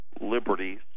liberties